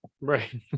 Right